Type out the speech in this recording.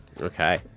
Okay